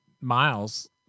miles